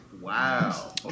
Wow